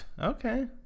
Okay